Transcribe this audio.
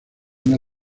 una